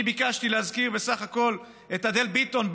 אני ביקשתי להזכיר בסך הכול את אדל ביטון,